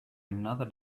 another